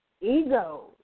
ego